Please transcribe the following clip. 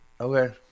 Okay